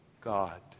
God